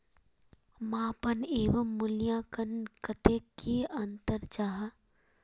मापन एवं मूल्यांकन कतेक की अंतर जाहा?